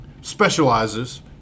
specializes